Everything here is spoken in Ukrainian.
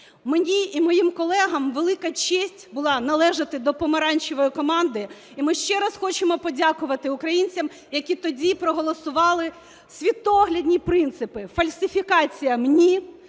Мені і моїм колегам велика честь була належати до помаранчевої команди, і ми ще раз хочемо подякувати українцям, які тоді проголосували світоглядні принципи: фальсифікаціям – ні,